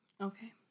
Okay